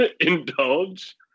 indulge